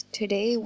Today